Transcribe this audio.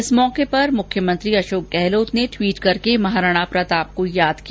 इस मौके पर मुख्यमंत्री अशोक गहलोत ने ट्वीट करके महाराणा प्रताप को याद किया